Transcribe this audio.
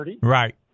Right